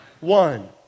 One